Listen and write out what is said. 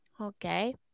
okay